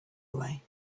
away